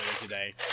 today